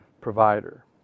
provider